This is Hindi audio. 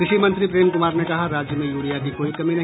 कृषि मंत्री प्रेम कुमार ने कहा राज्य में यूरिया की कोई कमी नहीं